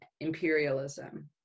imperialism